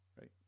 Right